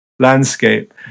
Landscape